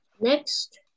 Next